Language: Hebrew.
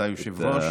אתה היושב-ראש,